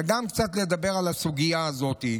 וגם קצת לדבר על הסוגיה הזאת.